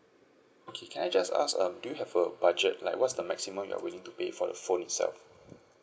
okay can I just ask um do you have a budget like what's the maximum you're willing to pay for the phone itself